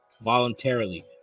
voluntarily